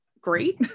great